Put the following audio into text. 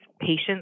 patients